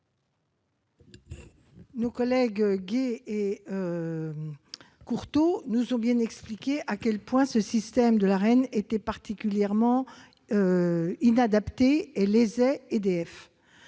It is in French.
Nos collègues Gay et Courteau ont bien expliqué à quel point le système de l'Arenh était particulièrement inadapté et lésait EDF.